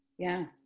yeah.